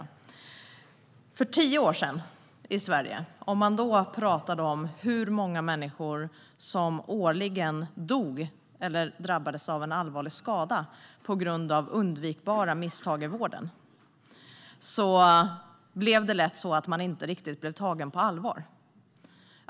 Om man för tio år sedan i Sverige pratade om hur många människor som årligen dog eller drabbades av en allvarlig skada på grund av undvikbara misstag i vården blev det lätt så att man inte riktigt blev tagen på allvar.